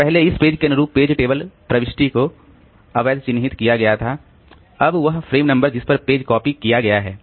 तो पहले इस पेज के अनुरूप पेज टेबल प्रविष्टि को अवैध चिन्हित किया गया था अब वह फ्रेम नंबर जिस पर पेज कॉपी किया गया है